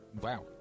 Wow